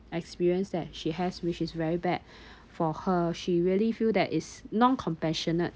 experience that she has which is very bad for her she really feel that is non compassionate